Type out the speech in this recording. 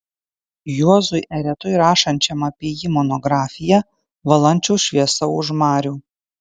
juozui eretui rašančiam apie jį monografiją valančiaus šviesa už marių